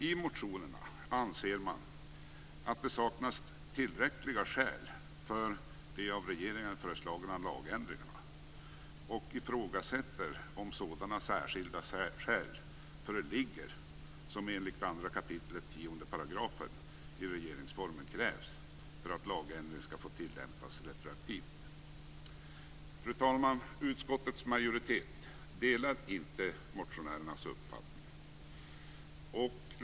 I motionerna anser man att det saknas tillräckliga skäl för de av regeringen föreslagna lagändringarna och ifrågasätter om sådana särskilda skäl föreligger som krävs enligt 2 kap. 10 § i regeringsformen för att lagändring skall få tillämpas retroaktivt. Fru talman! Utskottets majoritet delar inte motionärernas uppfattning.